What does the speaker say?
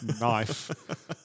knife